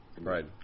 Right